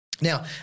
Now